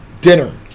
Dinner